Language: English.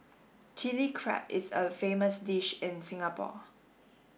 Chilli Crab is a famous dish in Singapore